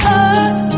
Heart